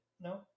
No